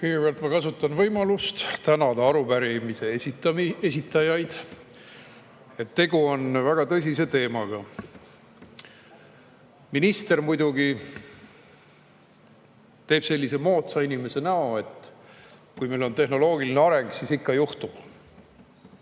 Kõigepealt ma kasutan võimalust tänada arupärimise esitajaid. Tegu on väga tõsise teemaga. Minister muidugi [mängib] moodsat inimest ja [ütleb], et kui meil on tehnoloogiline areng, siis ikka juhtub.